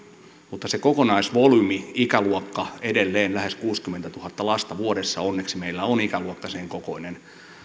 mutta se kokonaisvolyymi ikäluokka on edelleen lähes kuusikymmentätuhatta lasta vuodessa onneksi meillä on ikäluokka sen kokoinen ja